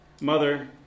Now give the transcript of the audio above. mother